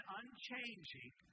unchanging